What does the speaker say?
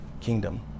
kingdom